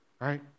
Right